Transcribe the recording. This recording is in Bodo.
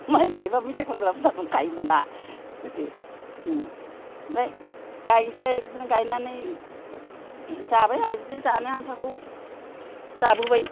माइ गायबा मेथाय खनग्रा हुदा दंखायोमोन ना गोदो ओम आमफ्राय गायसै बिदिनो गायनानै जाबाय आरो बिदिनो जानो आन्थाखौ जाबोबाय